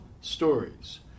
stories